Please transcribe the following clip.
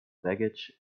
baggage